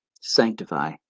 Sanctify